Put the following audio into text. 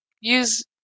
use